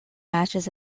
matches